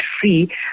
free